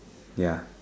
ya